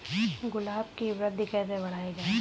गुलाब की वृद्धि कैसे बढ़ाई जाए?